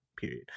period